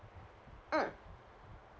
mm